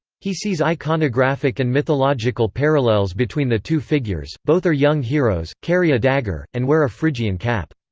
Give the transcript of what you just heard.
he sees iconographic and mythological parallels between the two figures both are young heroes, carry a dagger, and wear a phrygian cap.